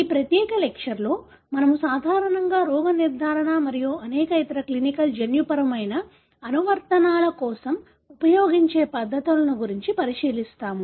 ఈ ప్రత్యేక లెక్చర్లో మనము సాధారణంగా రోగ నిర్ధారణ మరియు అనేక ఇతర క్లినికల్ జన్యుపరమైన అనువర్తనాల కోసం ఉపయోగించే పద్ధతులను గురించి పరిశీలిస్తాము